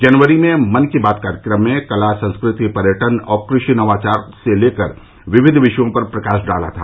जनवरी मे मन की बात कार्यक्रम में कला संस्कृति पर्यटन और कृषि नवाचार से लेकर विविध विषयों पर प्रकाश डाला था